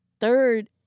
third